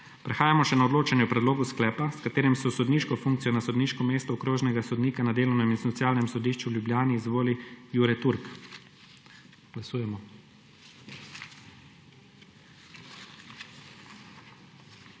Prehajamo še na odločanje o predlogu sklepa, s katerim se sodniško funkcijo na sodniško mesto okrožnega sodnika na delovnem in socialnem sodišču v Ljubljani izvoli Jure Turk. Glasujemo.